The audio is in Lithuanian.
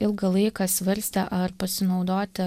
ilgą laiką svarstė ar pasinaudoti